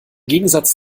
gegensatz